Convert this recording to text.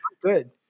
good